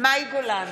מאי גולן,